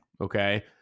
okay